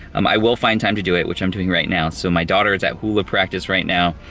um i will find time to do it, which i'm doing right now. so my daughter is at hula practice right now.